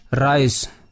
Rice